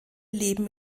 leben